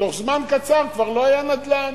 בתוך זמן קצר כבר לא היה נדל"ן.